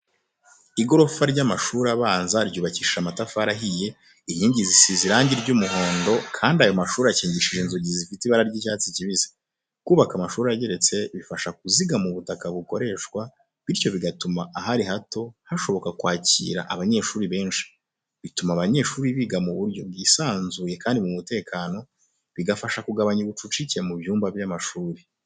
Igorofa ry'amashuri abanza ryubakishije amatafari ahiye, inkingi zisize irangi ry'umuhondo kandi ayo mashuri akingishije inzugi zifite ibara ry'icyatsi kibisi. Kubaka amashuri ageretse bifasha kuzigama ubutaka bukoreshwa, bityo bigatuma ahari hato hashoboka kwakira abanyeshuri benshi. Bituma abanyeshuri biga mu buryo bwisanzuye kandi mu mutekano, bigafasha kugabanya ubucucike mu byumba by’amashuri.